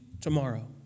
tomorrow